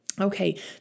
Okay